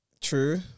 True